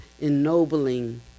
ennobling